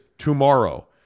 tomorrow